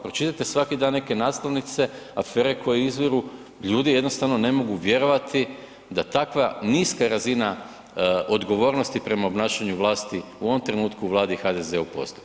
Pročitate svaki dan neke naslovnice, afere koje izviru, ljudi jednostavno ne mogu vjerovati da takva niska razina odgovornosti prema obnašanju vlasti u ovom trenutku u Vladi i HDZ-u postoji.